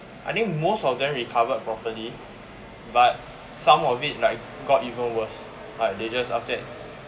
I think most of them recovered properly but some of it like got even worse like they just after that